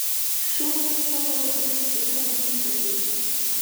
šiuo metu ji yra pavaldi ūkio ministerijai